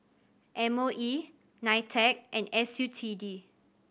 M O E NITEC and S U T D